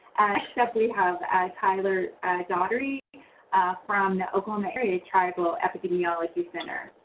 next up, we have tyler dougherty from the oklahoma area tribal epidemiology center.